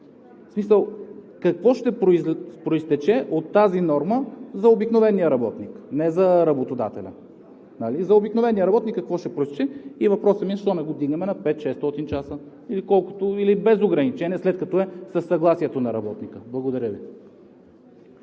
работника? Какво ще произтече от тази норма за обикновения работник, а не за работодателя? За обикновения работник какво ще произтече? Въпросът ми е: защо не го вдигнем на 500 – 600 часа, или без ограничение, след като е със съгласието на работника? Благодаря Ви.